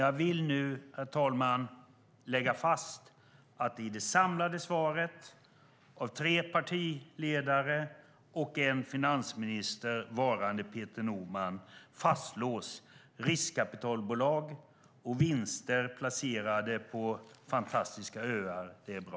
Jag vill nu, herr talman, slå fast att i det samlade svaret från tre partiledare och en finansminister, varande Peter Norman, fastslås att riskkapitalbolag och vinster placerade på fantastiska öar är bra.